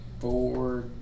four